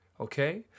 Okay